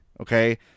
okay